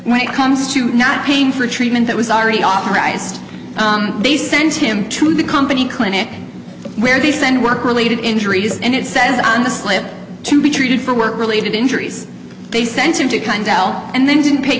when it comes to not paying for treatment that was already authorized they sent him to the company clinic where they send work related injuries and it says on the slip to be treated for work related injuries they sent him to kind of help and then didn't pay